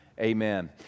Amen